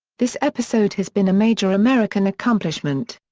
this episode has been a major american accomplishment.